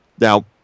Now